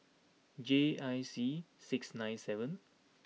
J I C six nine seven